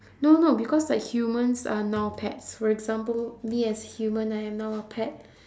no no because like humans are now pets for example me as human I am now a pet